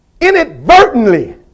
inadvertently